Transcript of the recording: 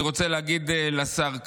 אני רוצה להגיד לשר קרעי,